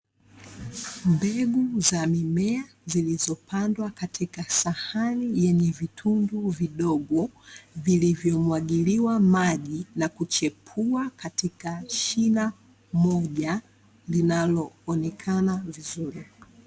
Mbegu za mimea, zilizopandwa katika sahani yenye vitundu vidogo, vilivyo mwagiliwa maji , na kuchipua katika shina moja, linaloonekana vizuri.